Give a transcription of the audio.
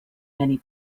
many